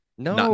No